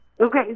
Okay